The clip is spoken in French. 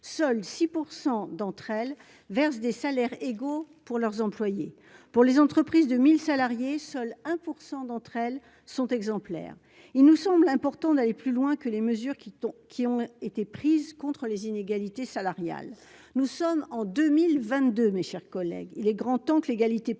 seuls 6 % d'entre elles versent des salaires égaux pour leurs employées pour les entreprises de 1000 salariés, seul 1 % d'entre elles sont exemplaires, il nous semble important d'aller plus loin que les mesures qui t'ont qui ont été prises contre les inégalités salariales, nous sommes en 2022, mes chers collègues, il est grand temps que l'égalité progresse